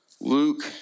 Luke